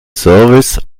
service